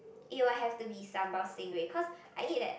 it will have to be sambal stingray cause I eat that